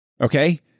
Okay